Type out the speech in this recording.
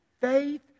faith